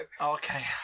Okay